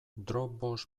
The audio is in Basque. dropbox